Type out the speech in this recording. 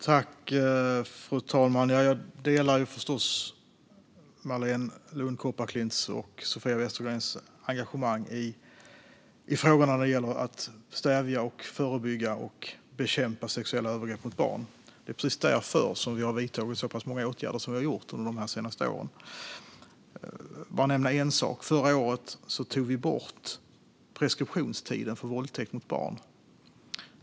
Fru talman! Jag delar förstås Marléne Lund Kopparklints och Sofia Westergrens engagemang när det gäller att förebygga, stävja och bekämpa sexuella övergrepp mot barn. Det är precis därför vi har vidtagit så många åtgärder som vi har gjort under senare år. Låt mig nämna en. Förra året tog vi bort preskriptionstiden för våldtäkt mot barn.